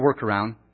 workaround